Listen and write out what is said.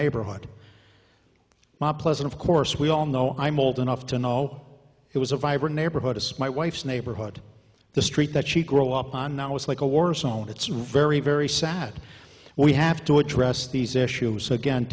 neighborhood my pleasure of course we all know i'm old enough to know it was a vibrant neighborhood as my wife's neighborhood the street that she grow up on now is like a war zone it's very very sad we have to address these issues again